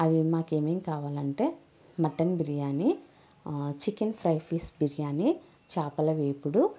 అవి మాకు ఏమేం కావాలంటే mutton biryani chicken fry piece biryani చేపల వేపుడు